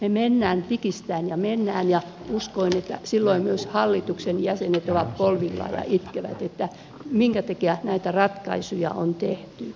me menemme vikisemme ja menemme ja uskon että silloin myös hallituksen jäsenet ovat polvillaan ja itkevät minkä takia näitä ratkaisuja on tehty